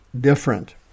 different